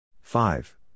five